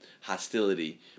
hostility